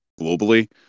globally